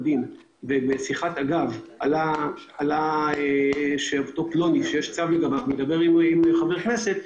ובשיחת אגב אותו פלוני מדבר עם חבר כנסת,